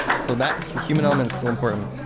so, that human element is still important.